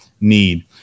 need